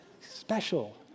special